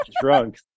drunk